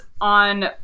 on